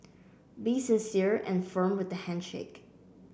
be sincere and firm with the handshake